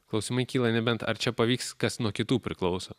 klausimai kyla nebent ar čia pavyks kas nuo kitų priklauso